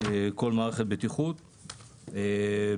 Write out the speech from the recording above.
כל מערכת בטיחות, בהתאמה.